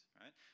right